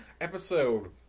episode